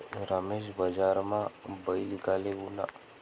रमेश बजारमा बैल ईकाले ऊना